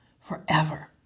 forever